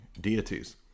deities